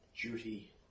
duty